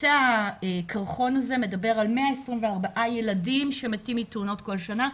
קצה הקרחון הזה מדבר על 124 ילדים שמתים מתאונות כל שנה.